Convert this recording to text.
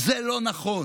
זה לא נכון.